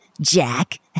Jack